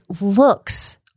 looks